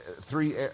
three